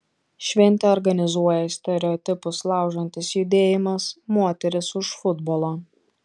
šventę organizuoja stereotipus laužantis judėjimas moterys už futbolą